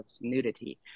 nudity